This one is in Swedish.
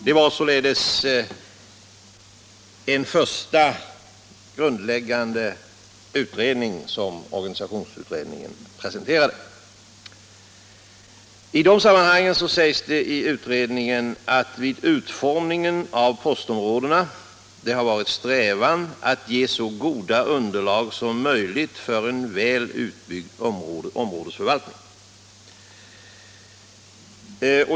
Det var således en första grundläggande utredning som organisationsutredningen presenterade. I de sammanhangen sägs i utredningen att vid utformningen av postområdena hade det varit en strävan att ge så gott underlag som möjligt för en väl utbyggd områdesförvaltning.